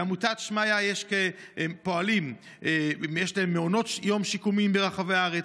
בעמותת שמעיה פועלים מעונות שיקומיים ברחבי הארץ,